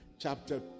Chapter